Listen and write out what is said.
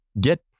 Get